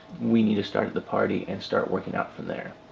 we need to start at the party and start working out from there.